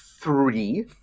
three